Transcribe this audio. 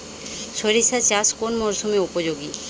সরিষা চাষ কোন মরশুমে উপযোগী?